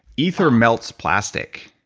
ether melts plastic,